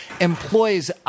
employs